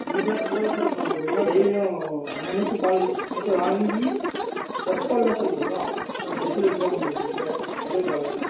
இல்லை சார் நல்லா தான் சார் இருக்கனும் அவங்களுக்கு இன்னும் டெய்லியும் அன்னன்னைக்கு பால் கொடுக்க வாங்கி ஃப்ரெஷ் பால் தான் சார் கொடுக்குறோம் ஒன்றும் ப்ரிட்ஜில் வச்சிலாம் ஒன்றும் கொடுக்லிங்ளே ரெகுலர் பாலு தானே